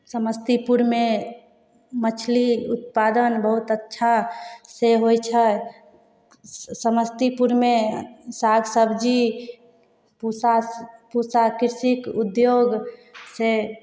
समस्तीपुरमे मछली उत्पादन बहुत अच्छासँ होइ छै समस्तीपुरमे साग सब्जी पूसा पूसा कृषि उद्योगसँ